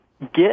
get